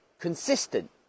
consistent